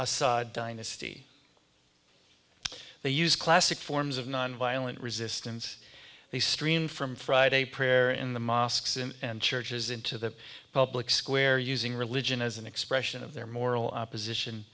assad dynasty they used classic forms of nonviolent resistance they stream from friday prayer in the mosques and churches into the public square using religion as an expression of their moral opposition